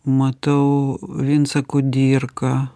matau vincą kudirką